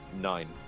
nine